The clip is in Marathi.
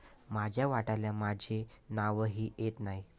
माझ्या वाट्याला माझे नावही येत नाही